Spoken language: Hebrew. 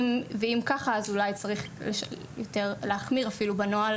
אם כך אולי צריך להחמיר בנוהל